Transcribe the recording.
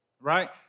Right